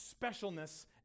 specialness